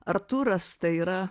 artūras tai yra